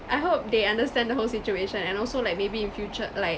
I hope they understand the whole situation and also like maybe in future like